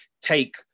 take